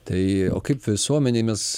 tai o kaip visuomenėj mes